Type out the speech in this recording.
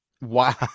Wow